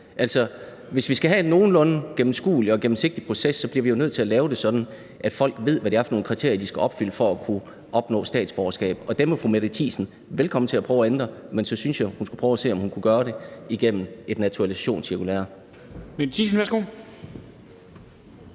Hvis vi skal have en nogenlunde gennemskuelig og gennemsigtig proces, bliver vi jo nødt til at lave det sådan, at folk ved, hvad det er for nogle kriterier, de skal opfylde for at kunne opnå statsborgerskab, og dem er fru Mette Thiesen velkommen til at prøve at ændre, men så synes jeg, hun skulle prøve at se, om hun kunne gøre det igennem et naturalisationscirkulære.